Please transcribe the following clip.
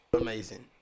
amazing